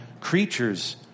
creatures